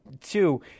Two